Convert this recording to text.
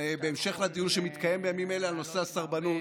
בהמשך לדיון שמתקיים בימים אלה על נושא הסרבנות,